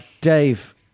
Dave